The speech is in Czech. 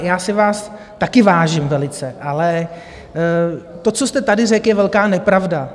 Já si vás také vážím velice, ale to, co jste tady řekl, je velká nepravda.